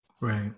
Right